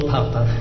Papa